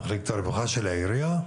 ממחלקת הרווחה של העירייה,